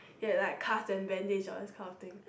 he had like cuts and bandages on this kind of thing